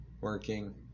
working